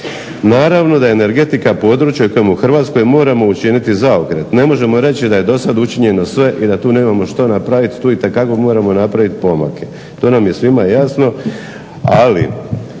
Naravno da je energetika područje koje u Hrvatskoj moramo učiniti zaokret. Ne možemo reći da je do sada učinjeno sve i da tu nemamo što napraviti. Tu itekako moramo napraviti pomake. To nam je svima jasno. Ali